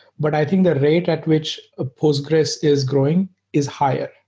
but i think the rate at which ah postgres is growing is higher.